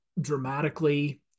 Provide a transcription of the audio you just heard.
dramatically